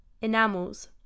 Enamels